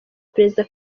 perezida